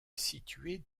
située